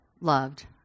loved